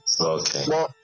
Okay